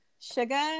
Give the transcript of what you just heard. Sugar